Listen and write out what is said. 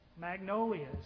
Magnolias